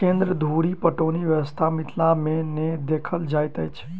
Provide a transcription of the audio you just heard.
केन्द्र धुरि पटौनी व्यवस्था मिथिला मे नै देखल जाइत अछि